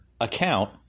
account